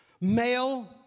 male